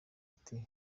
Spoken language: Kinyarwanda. ati